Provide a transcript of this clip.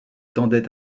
tendait